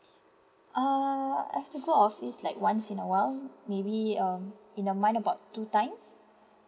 uh I've to go office like once in a while maybe um in a month about two times